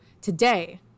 today